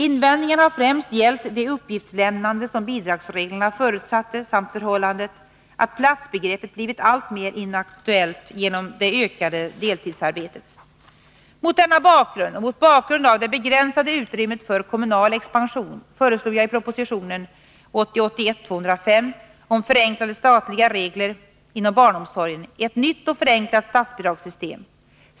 Invändningarna har främst gällt det uppgiftslämnande som bidragsreglerna förutsatte samt förhållandet att platsbegreppet blivit alltmer inaktuellt genom det ökande deltidsarbetet. Mot denna bakgrund och mot bakgrund av det begränsade utrymmet för kommunal expansion föreslog jag i propositionen om förenklade statliga regler inom barnomsorgen ett nytt och förenklat statsbidragssystem.